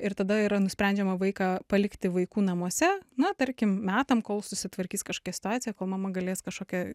ir tada yra nusprendžiama vaiką palikti vaikų namuose na tarkim metam kol susitvarkys kažkokia situacija kol mama galės kažkokią